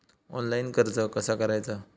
Online कर्ज कसा करायचा?